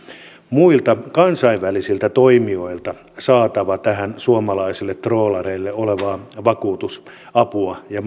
muilta kansainvälisiltä toimijoilta saatava tähän suomalaisille troolareille olevaa vakuutusapua ja